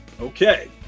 Okay